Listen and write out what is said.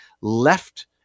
left